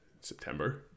September